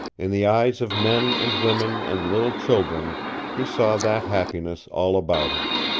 in the eyes of men and women and little children he saw that happiness all about him.